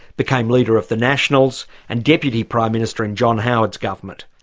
became leader of the nationals and deputy prime minister in john howard's government.